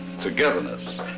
Togetherness